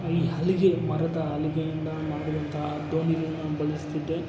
ಈ ಹಲಗೆ ಮರದ ಹಲಗೆಯಿಂದ ಮಾಡಿದಂಥಾ ದೋಣಿಗಳನ್ನ ಬಳಸ್ತಿದ್ದೆ